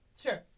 Sure